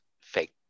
fake